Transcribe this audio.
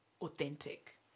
authentic